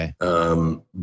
okay